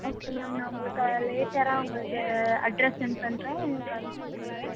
okay ma'am நான் உங்களுக்கு லேட்டரா உங்களுக்கு அட்ரஸ் செண்ட் பண்ணுறேன் எங்களுக்கு அனுப்ச்சு விட்ருங்க